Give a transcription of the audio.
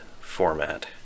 format